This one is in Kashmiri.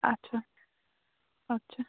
اَچھا اَچھا